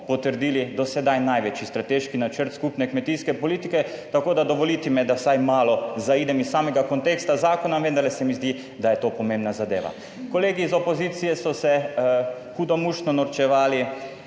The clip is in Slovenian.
potrdili do sedaj največji strateški načrt skupne kmetijske politike, tako da dovolite mi, da vsaj malo zaidem iz samega konteksta zakona, vendarle se mi zdi, da je to pomembna zadeva. Kolegi iz opozicije so se hudomušno norčevali